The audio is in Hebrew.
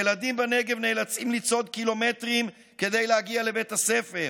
ילדים בנגב נאלצים לצעוד קילומטרים כדי להגיע לבית הספר,